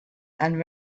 and